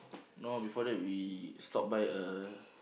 no before that we stop by a